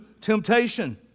temptation